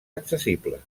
accessibles